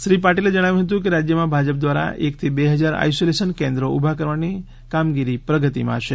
શ્રી પાટિલે જણાવ્યું હતું કે રાજ્યમાં ભાજપ દ્વારા એ ક થી બે હજાર આઇસોલેશન કેન્દ્રો ઊભા કરવાની ઊભા કરવાની કામગીરી પ્રગતિમાં છે